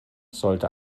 sollte